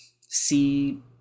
see